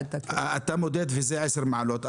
שהוא מודד ואלה 10 מעלות.